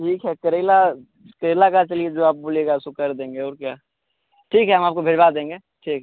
ठीक है करेला करेला का चलिए जो आप बोलिएगा उसको कर देंगे और क्या ठीक है हम आपको भेजवा देंगे ठीक